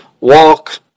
walk